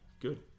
Good